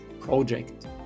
project